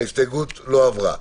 ההסתייגות לא עברה.